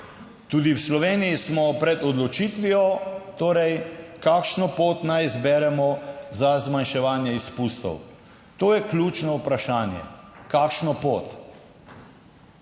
Tudi v Sloveniji smo pred odločitvijo, torej kakšno pot naj izberemo za zmanjševanje izpustov. To je ključno vprašanje, kakšno pot.